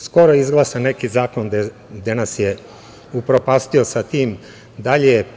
Skoro je izglasan neki zakon gde nas je upropastio sa tim dalje.